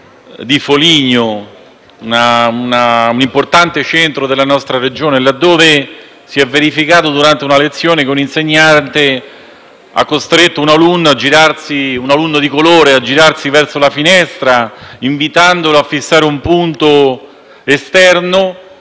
di Foligno, un importante centro della nostra Regione. Si è verificato, durante una lezione, che un insegnante ha costretto un alunno di colore a girarsi verso la finestra, invitandolo a fissare un punto esterno,